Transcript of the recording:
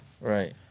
right